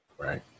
Right